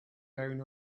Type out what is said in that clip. down